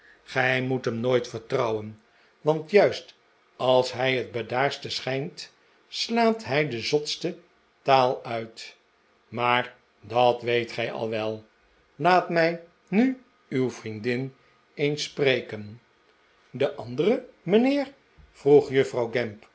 gij moet hem nooit vertrouwen want juist als hij het bedaardste schijnt slaat hij de zotste taal uit maar dat weet gij al wel laat mij nu uw vriendin eens spreken m de andere mijnheer vroeg juffrouw